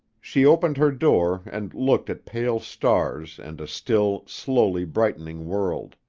she opened her door and looked at pale stars and a still, slowly brightening world.